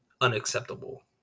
unacceptable